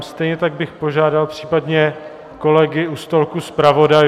Stejně tak bych požádal případně kolegy u stolku zpravodajů...